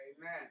Amen